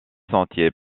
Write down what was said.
sentier